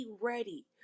ready